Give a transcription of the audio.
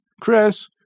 Chris